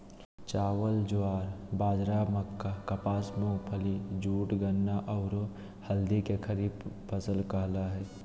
चावल, ज्वार, बाजरा, मक्का, कपास, मूंगफली, जूट, गन्ना, औरो हल्दी के खरीफ फसल कहला हइ